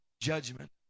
judgment